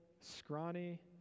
scrawny